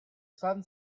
son